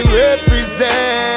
represent